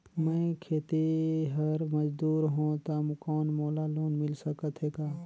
मैं खेतिहर मजदूर हों ता कौन मोला लोन मिल सकत हे का?